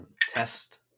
test